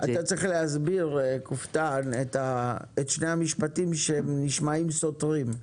זה --- אתה צריך להסביר את שני המשפטים שנשמעים סותרים.